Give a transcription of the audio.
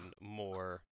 more